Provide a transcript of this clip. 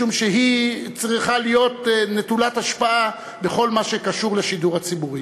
משום שהיא צריכה להיות נטולת השפעה בכל מה שקשור לשידור הציבורי.